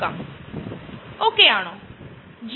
അതുപോലെ bio diesel